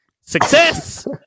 Success